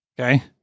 Okay